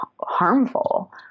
harmful